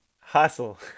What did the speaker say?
Hustle